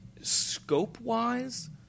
scope-wise